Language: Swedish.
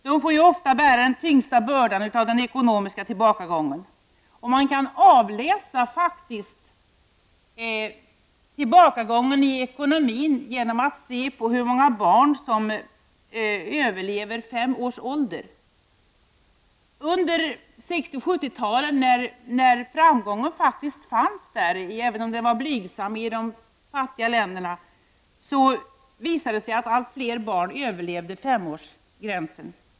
Dessa får ju ofta bära den tyngsta bördan när det gäller den ekonomiska tillbakagången. Man kan faktiskt avläsa tillbakagången i ekonomin i den statistik som finns över antalet barn som överlever fem års ålder. Under 60 och 70 talen då framgång faktiskt kunde noteras, även om den var blygsam i de fattiga länderna, var det allt fler barn som överlevde fem års ålder.